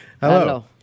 Hello